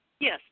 Yes